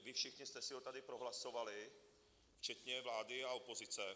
Vy všichni jste si ho tady prohlasovali včetně vlády a opozice.